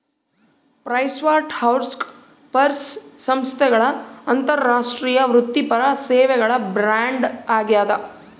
PricewaterhouseCoopers ಸಂಸ್ಥೆಗಳ ಅಂತಾರಾಷ್ಟ್ರೀಯ ವೃತ್ತಿಪರ ಸೇವೆಗಳ ಬ್ರ್ಯಾಂಡ್ ಆಗ್ಯಾದ